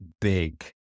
big